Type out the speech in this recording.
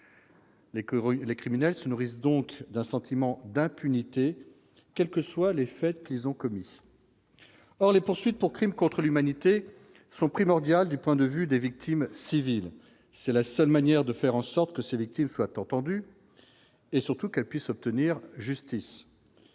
les criminels se nourrissent donc d'un sentiment d'impunité, quelles que soient les fêtes qu'ils ont commis, or les poursuites pour crimes contre l'humanité sont primordiales du point de vue des victimes civiles, c'est la seule manière de faire en sorte que ces victimes soit entendu et surtout qu'elle puisse obtenir justice